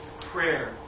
prayer